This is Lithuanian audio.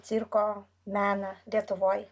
cirko meną lietuvoj